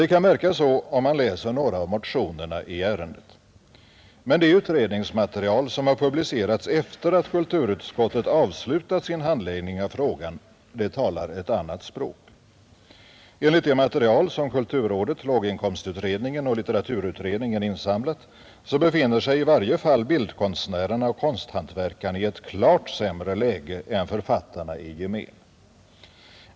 Det kan verka så, om man läser några av motionerna i ärendet. Men det utredningsmaterial som publicerats efter att kulturutskottet avslutat sin handläggning av frågan talar ett annat språk. Enligt det material som kulturrådet, låginkomstutredningen och litteraturutredningen insamlat befinner sig i varje fall bildkonstnärerna och konsthantverkarna i ett klart sämre läge än författarna i gemen.